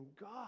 God